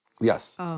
yes